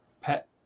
pet